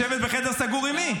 לשבת בחדר סגור עם מי?